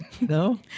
No